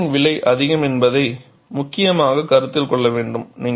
சோதனையின் விலை அதிகம் என்பதை முக்கியமாக கருத்தில் கொள்ள வேண்டும்